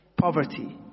Poverty